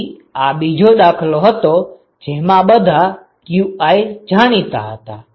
તેથી આ બીજો દાખલો હતો જેમાં બધા qi જાણીતા હતા